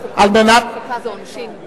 בוועדה שתקבע ועדת הכנסת נתקבלה.